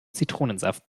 zitronensaft